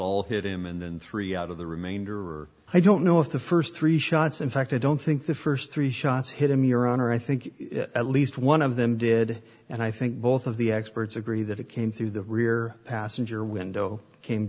all hit him and then three out of the remainder i don't know if the st three shots in fact i don't think the st three shots hit him your honor i think at least one of them did and i think both of the experts agree that it came through the rear passenger window came